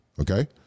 okay